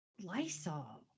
Lysol